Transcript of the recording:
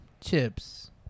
chips